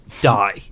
die